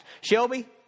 Shelby